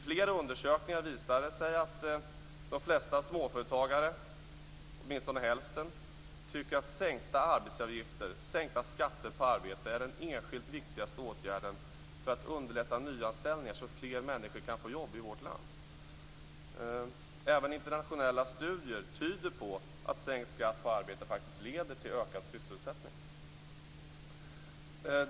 Flera undersökningar visar att de flesta småföretagare, åtminstone hälften av dem, tycker att sänkta arbetsgivaravgifter, sänkta skatter på arbete, är den enskilt viktigaste åtgärden för att underlätta nyanställningar så att fler människor kan få jobb i vårt land. Även internationella studier tyder på att sänkt skatt på arbete faktiskt leder till ökad sysselsättning.